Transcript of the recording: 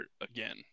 again